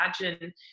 Imagine